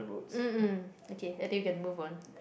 mm mm okay I think you can move on